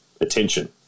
attention